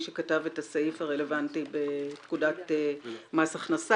שכתב את הסעיף הרלבנטי בפקודת מס הכנסה,